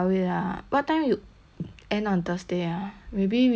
end on thursday ah maybe we can go after